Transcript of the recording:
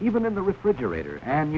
even in the refrigerator and